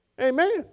Amen